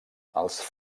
els